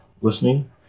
listening